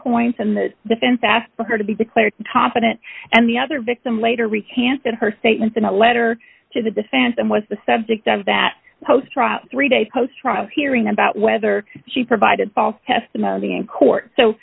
points and the defense asked for her to be declared top in it and the other victim later recanted her statements in a letter to the defense and was the subject of that post three day post trial hearing about whether she provided false testimony in court so